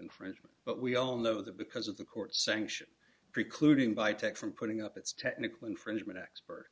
infringement but we all know that because of the court sanction precluding by tech from putting up its technical infringement expert